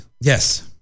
Yes